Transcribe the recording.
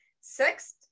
sixth